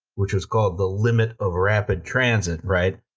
which was called the limit of rapid transit, right.